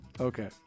Okay